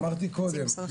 אמרתי קודם,